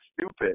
stupid